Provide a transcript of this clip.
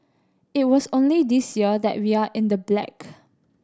it was only this year that we are in the black